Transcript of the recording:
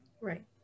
Right